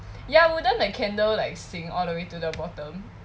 ya wouldn't like candle like sink all the way to the bottom